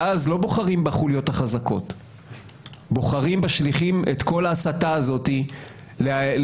ואז לא בוחרים בחוליות החזקות אלא משליכים את כל ההסתה הזאת כלפי